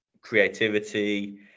creativity